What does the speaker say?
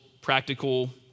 practical